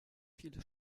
viele